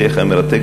השיח היה מרתק,